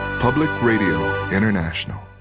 public radio international.